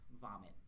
vomit